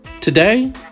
today